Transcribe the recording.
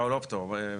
לא פטור.